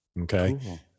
Okay